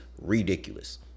ridiculous